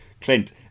Clint